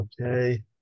Okay